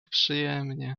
przyjemnie